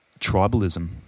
tribalism